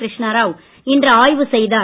கிருஷ்ணா ராவ் இன்று ஆய்வு செய்தார்